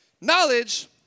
knowledge